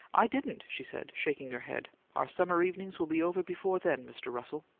i didn't, she said, shaking her head. our summer evenings will be over before then, mr. russell.